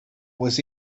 was